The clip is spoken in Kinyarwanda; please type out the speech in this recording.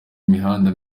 imihanda